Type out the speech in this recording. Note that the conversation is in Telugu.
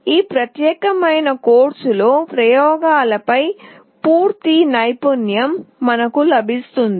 ఈ ప్రత్యేకమైన కోర్సులో ప్రయోగాలపై పూర్తి నైపుణ్యం మనకు లభిస్తుంది